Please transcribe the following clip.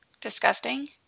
disgusting